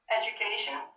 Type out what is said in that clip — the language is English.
education